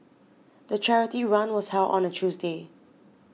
the charity run was held on a Tuesday